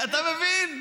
אתה מבין?